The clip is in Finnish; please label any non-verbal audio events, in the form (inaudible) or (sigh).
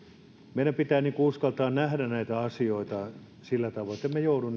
meidän pitää uskaltaa nähdä näitä asioita sillä tavoin ettemme joudu (unintelligible)